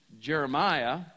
Jeremiah